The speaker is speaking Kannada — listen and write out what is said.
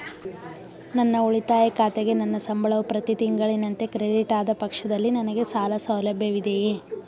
ನನ್ನ ಉಳಿತಾಯ ಖಾತೆಗೆ ನನ್ನ ಸಂಬಳವು ಪ್ರತಿ ತಿಂಗಳಿನಂತೆ ಕ್ರೆಡಿಟ್ ಆದ ಪಕ್ಷದಲ್ಲಿ ನನಗೆ ಸಾಲ ಸೌಲಭ್ಯವಿದೆಯೇ?